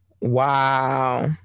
Wow